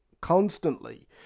constantly